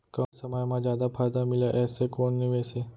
कम समय मा जादा फायदा मिलए ऐसे कोन निवेश हे?